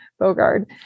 Bogard